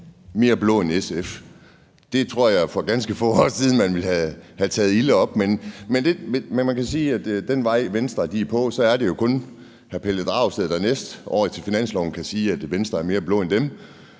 mere blå end SF. Det tror jeg man for ganske få år siden ville have taget ilde op. Men man kan sige, at med den vej, Venstre er slået ind på, er det kun hr. Pelle Dragsted, der næste år til finansloven kan sige, at Venstre er mere blå end dem.